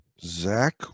Zach